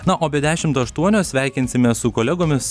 na o be dešimt aštuonios sveikinsimės su kolegomis